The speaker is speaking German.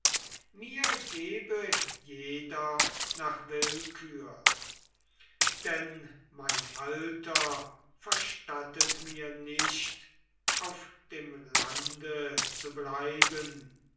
mir gebe jeder nach willkür denn mein alter verstattet mir nicht auf dem lande zu bleiben